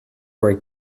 were